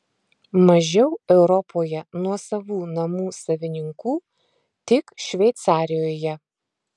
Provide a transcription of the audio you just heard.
mažiau europoje nuosavų namų savininkų tik šveicarijoje